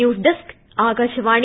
news desk Akashvani